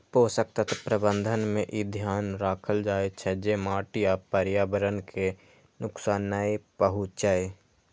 पोषक तत्व प्रबंधन मे ई ध्यान राखल जाइ छै, जे माटि आ पर्यावरण कें नुकसान नै पहुंचै